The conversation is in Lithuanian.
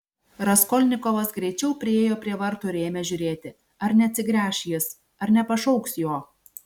raskolnikovas greičiau priėjo prie vartų ir ėmė žiūrėti ar neatsigręš jis ar nepašauks jo